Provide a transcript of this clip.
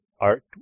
art